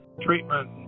treatment